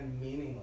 meaningless